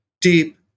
deep